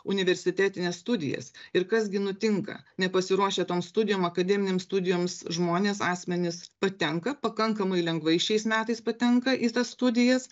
universitetines studijas ir kas gi nutinka nepasiruošę tom studijom akademinėm studijoms žmonės asmenys patenka pakankamai lengvai šiais metais patenka į tas studijas